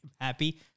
Happy